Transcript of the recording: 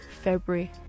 February